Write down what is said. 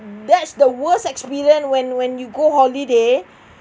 that's the worst experience when when you go holiday